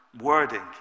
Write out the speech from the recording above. wording